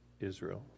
Israel